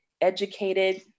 educated